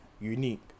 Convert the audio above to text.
unique